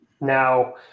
Now